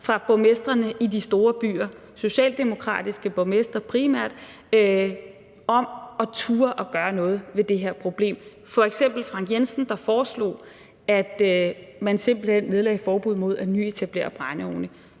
fra borgmestrene i de store byer, primært socialdemokratiske borgmestre, om at turde gøre noget ved det her problem. F.eks. foreslog Frank Jensen, at man simpelt hen nedlagde forbud mod at nyetablere brændeovne